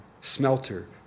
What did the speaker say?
Smelter